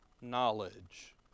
knowledge